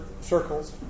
circles